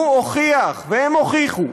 הוא הוכיח והם הוכיחו,